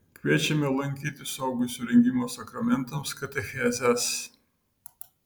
kviečiame lankyti suaugusiųjų rengimo sakramentams katechezes